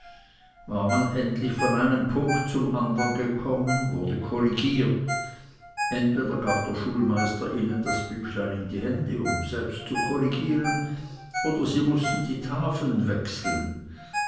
war man endlich von einem punkt zum andern gekommen so wurde korrigiert entweder gab der schulmeister ihnen das büchlein in die hände um selbst zu korrigieren oder sie mußten die tafeln wechseln